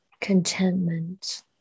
contentment